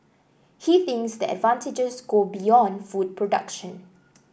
he thinks the advantages go beyond food production